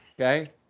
Okay